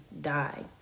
die